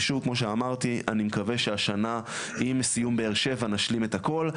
ושוב כמו שאמרתי אני מקווה שהשנה עם סיום באר שבע נשלים את הכל,